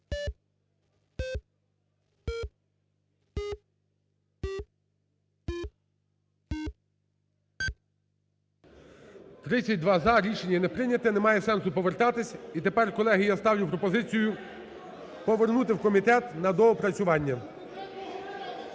За-32 Рішення не прийнято, немає сенсу повертатись. І тепер, колеги, я ставлю пропозицію повернути в комітет на доопрацювання.